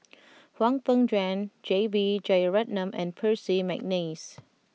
Hwang Peng Yuan J B Jeyaretnam and Percy McNeice